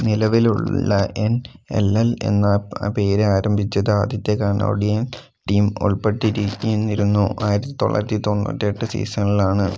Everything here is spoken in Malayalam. നിലവിലുള്ള എൻ എൽ എൽ എന്ന പേര് ആരംഭിച്ചത് ആദ്യത്തെ കാനോഡിയൻ ടീം ഉൾപ്പെട്ടിരുന്നിരുന്നു ആയിരത്തി തൊള്ളാരിത്തി തോണ്ണൂറ്റി എട്ട് സീസണിലാണ്